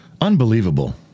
Unbelievable